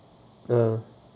uh